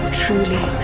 truly